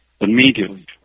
immediately